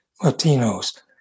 Latinos